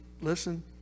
listen